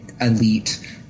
elite